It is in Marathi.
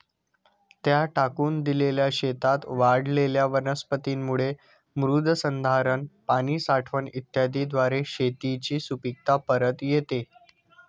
त्या टाकून दिलेल्या शेतात वाढलेल्या वनस्पतींमुळे मृदसंधारण, पाणी साठवण इत्यादीद्वारे शेताची सुपीकता परत येते